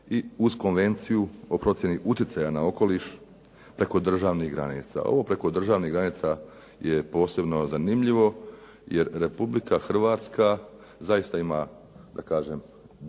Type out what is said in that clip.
i uz Konvenciju o procjeni utjecaja na okoliš preko državnih granica. Ovo preko državnih granica je posebno zanimljivo jer Republika Hrvatska zaista ima, da kažem,